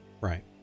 right